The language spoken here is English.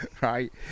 right